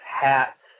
hats